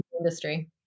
industry